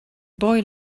boy